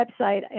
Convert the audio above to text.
website